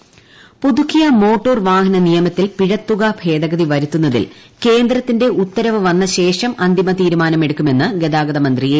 Saseendran intro പുതുക്കിയ motor വാഹന നിയമത്തിൽ പിഴത്തുക ഭേദഗതി വരുത്തുന്നതിൽ കേന്ദ്രത്തിന്റെ ഉത്തരവ് വന്നശേഷം അന്തിമ തീരുമാനമെടുക്കുമെന്ന് ഗതാഗതമന്ത്രി എ